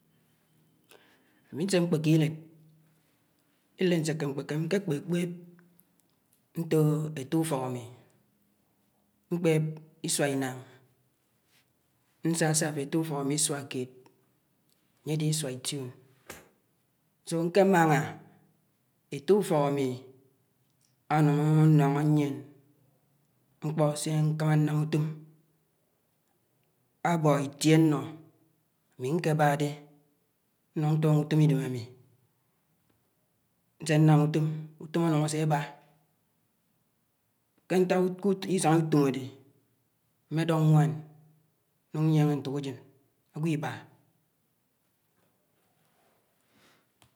Ami ñse ñkpeké iled, iled aseke ñkpeké nke kpekpeb ñto ette ufọk ami, ñkped isua iñam ñam ñkpo ñño ette ufọk ami isua keed ányè ádè isua ition. Ñkemañga ette ufọk anyung añọñgo ñyien ñkpo sé ñkama ñam utom, abo itie añño ami ñkebade ñung ñtoñgo utom idem ami nde ñam utom, utom anung ásè aba. Ki isañg utom ádè, mmeri ñwam nuñg nyieñge ñtok ajeñ agwọ iba.